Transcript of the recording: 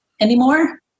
anymore